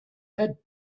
had